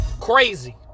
Crazy